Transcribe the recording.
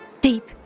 Deep